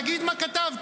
תגיד מה כתבתי.